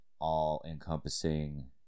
all-encompassing